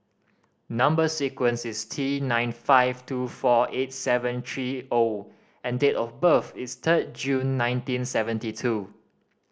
number sequence is T nine five two four eight seven three O and date of birth is third June nineteen seventy two